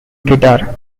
guitar